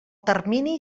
termini